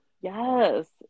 yes